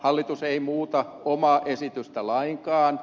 hallitus ei muuta omaa esitystään lainkaan